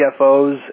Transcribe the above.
CFOs